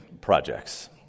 projects